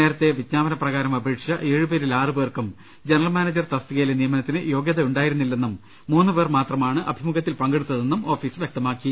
നേരത്തെ വിജ്ഞാപന പ്രകാരം അപേക്ഷിച്ച ഏഴു പേരിൽ ആറു പേർക്കും ജനറൽ മാനേജർ തസ്തികയിലെ നിയമനത്തിന് യോഗ്യതയുണ്ടായിരുന്നില്ലെന്നും മൂന്ന് പേർ മാത്രമാണ് അഭിമുഖ്യത്തിൽ പങ്കെ ടുത്തതെന്നും ഓഫീസ് വ്യക്തമാക്കി